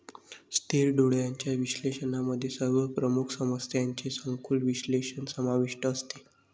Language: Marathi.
स्थिर डोळ्यांच्या विश्लेषणामध्ये सर्व प्रमुख समस्यांचे सखोल विश्लेषण समाविष्ट असते